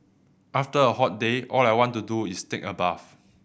after a hot day all I want to do is take a bath